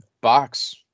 box